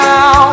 Now